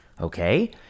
Okay